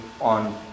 on